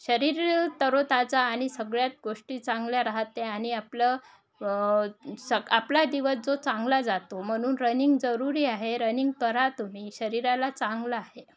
शरीर तरोताचा आणि सगळ्यात गोष्टी चांगल्या राहते आणि आपलं सक आपला दिवस जो चांगला जातो म्हणून रनिंग जरूरी आहे रनिंग तर तुम्ही शरीराला चांगला आहे